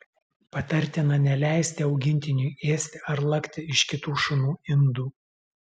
patartina neleisti augintiniui ėsti ar lakti iš kitų šunų indų